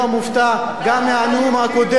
אני לא מופתע גם מהנאום הקודם,